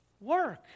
work